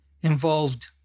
involved